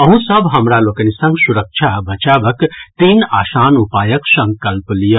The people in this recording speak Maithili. अहूं सभ हमरा लोकनि संग सुरक्षा आ बचावक तीन आसान उपायक संकल्प लिय